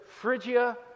Phrygia